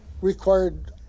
required